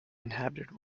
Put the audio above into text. inhabited